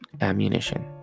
ammunition